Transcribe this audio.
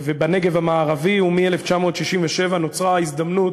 ובנגב המערבי, ומ-1967 נוצרה ההזדמנות